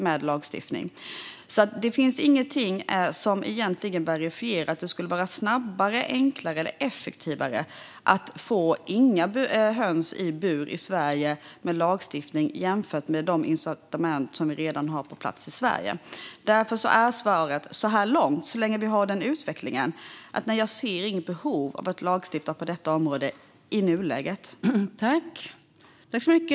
Det finns alltså ingenting som egentligen verifierar att det med hjälp av lagstiftning skulle vara snabbare, enklare eller effektivare att se till att vi inte har några i bur i Sverige jämfört med de incitament som vi redan har på plats. Därför är svaret att så länge vi har den utvecklingen ser jag inget behov av att lagstifta på detta område.